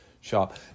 shop